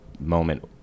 moment